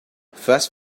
fast